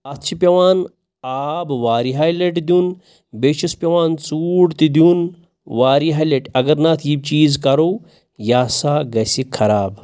اَتھ چھِ پٮ۪وان آب واریاہ لَٹہِ دیُن بیٚیہِ چھُس پٮ۪وان ژوٗر تہِ دیُن واریاہ لَٹہِ اگر نہٕ اَتھ یہِ چیٖز کَرو یہِ ہَسا گَژھِ خراب